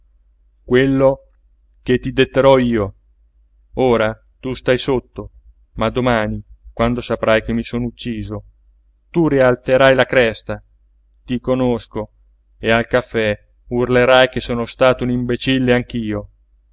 quello che ti detterò io ora tu stai sotto ma domani quando saprai che mi sono ucciso tu rialzerai la cresta ti conosco e al caffè urlerai che sono stato un imbecille anch'io